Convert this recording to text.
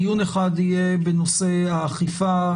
דיון אחד יהיה בנושא האכיפה,